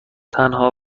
تنها